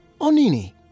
Onini